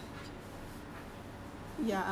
but I want my girl name to be ashley